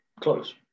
close